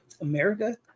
America